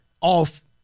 off